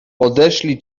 odeszli